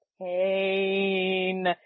pain